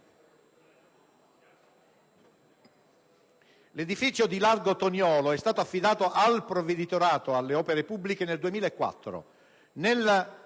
L'edificio di Largo Toniolo è stato affidato al Provveditorato alle opere pubbliche nel 2004. Nella